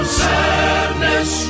sadness